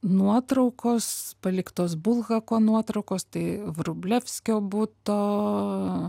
nuotraukos paliktos bulhako nuotraukos tai vrublevskio buto